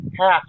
half